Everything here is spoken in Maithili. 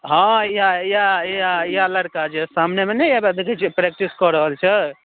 हॅं इएह इएह इएह इएह लड़का जे सामनेमे नहि अहि देखै छियै प्रैकटिस कऽ रहल छै